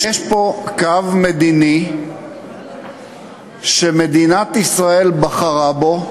יש פה קו מדיני שמדינת ישראל בחרה בו,